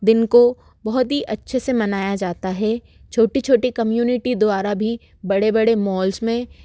दिन को बहुत ही अच्छे से मनाया जाता है छोटी छोटी कम्युनिटी द्वारा भी बड़े बड़े मॉल्स में